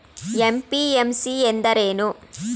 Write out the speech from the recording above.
MPMC ಎಂದರೇನು?